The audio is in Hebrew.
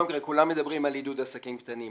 כולם מדברים על עידוד עסקים קטנים.